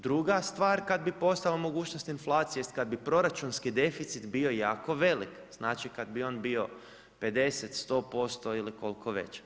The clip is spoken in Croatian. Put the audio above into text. Druga stvar, kad bi postojala mogućnost inflacije tj. kad bi proračunski deficit bio jako velik, znači kad bi on bio 50, 100% ili koliko već.